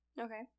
Okay